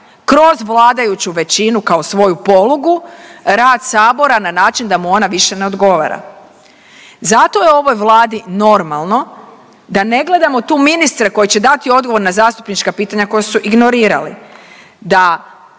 kroz vladajuću većinu kao svoju polugu rad sabora na način da mu ona više ne odgovara. Zato je ovoj Vladi normalno da ne gledamo tu ministre koji će dati odgovore na zastupnička pitanja koja su ignorirali,